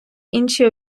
інші